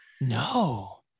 No